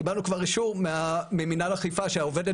קיבלנו כבר אישור ממנהל אכיפה שהעובדת